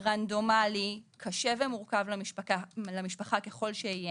רנדומלי קשה ומורכב למשפחה ככל שיהיה